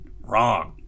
wrong